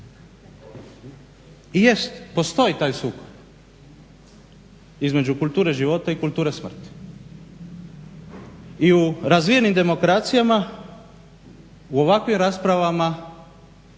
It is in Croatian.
I jest, postoji taj sukob između kulture života i kulture smrti. I u razvijenim demokracijama u ovakvim raspravama